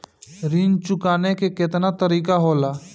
ऋण चुकाने के केतना तरीका होला?